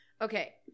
Okay